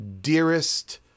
dearest